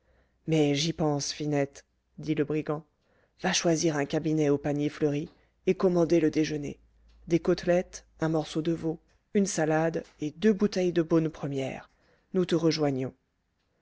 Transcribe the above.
mais j'y pense finette dit le brigand va choisir un cabinet au panier fleuri et commander le déjeuner des côtelettes un morceau de veau une salade et deux bouteilles de beaune première nous te rejoignons